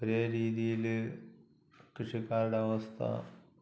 ഒരേ രീതിയിൽ കൃഷിക്കാരുടെ അവസ്ഥ